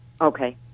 Okay